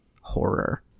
horror